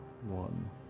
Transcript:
one